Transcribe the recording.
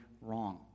wrong